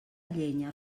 llenya